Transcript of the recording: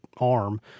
arm